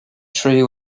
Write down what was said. tree